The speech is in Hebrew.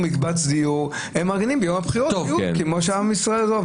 המדינה קבעה שמבחינת פוטנציאל חשיפה,